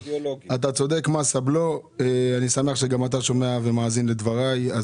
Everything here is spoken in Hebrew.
אני שמח שגם אתה שומע ומאזין לדבריי.